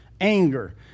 anger